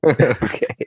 Okay